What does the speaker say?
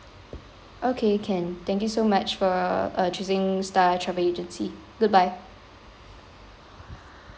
okay can thank you so much for uh choosing star travel agency goodbye